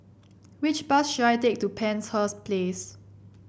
which bus should I take to Penshurst Place